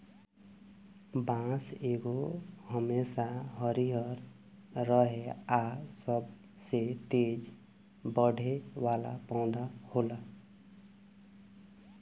बांस एगो हमेशा हरियर रहे आ सबसे तेज बढ़े वाला पौधा होला